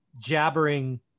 jabbering